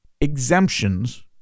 exemptions